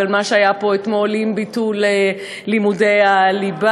אבל מה שהיה פה אתמול עם ביטול לימודי הליבה,